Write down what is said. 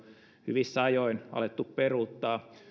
hyvissä ajoin alettu peruuttaa